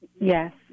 Yes